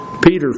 Peter